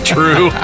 True